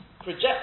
project